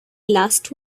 last